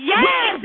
Yes